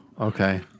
okay